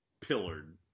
pillared